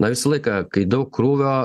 na visą laiką kai daug krūvio